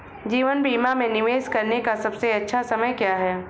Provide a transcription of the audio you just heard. जीवन बीमा में निवेश करने का सबसे अच्छा समय क्या है?